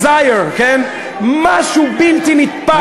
desire, משהו בלתי נתפס,